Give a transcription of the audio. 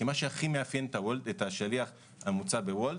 כי מה שהכי מאפיין את השליח הממוצע בוולט,